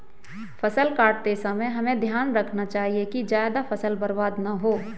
फसल काटते समय हमें ध्यान रखना चाहिए कि ज्यादा फसल बर्बाद न हो